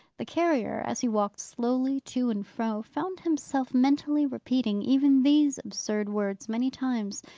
the carrier, as he walked slowly to and fro, found himself mentally repeating even these absurd words, many times.